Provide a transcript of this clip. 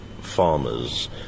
farmers